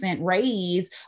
Raise